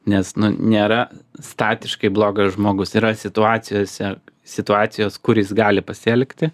nes nėra statiškai blogas žmogus yra situacijose situacijos kur jis gali pasielgti